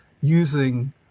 using